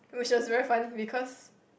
which was very funny because